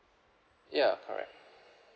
ya correct